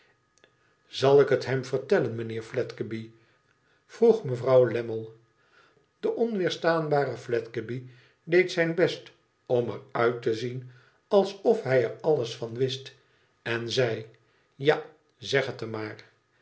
zal ik het hem vertellen mijnheer fiedgeby vroeg mevrouw lammie de onweerstaanbare fiedgeby deed zijn best om er uit te zien alsof hij r alles van wist en zei a zeg het hem maar